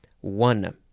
One